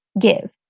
give